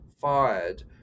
fired